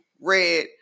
red